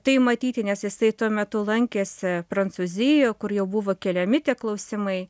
tai matyti nes jisai tuo metu lankėsi prancūzijoj kur jau buvo keliami tie klausimai